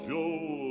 Joe